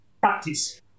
practice